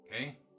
Okay